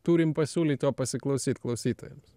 turim pasiūlyt jo pasiklausyt klausytojams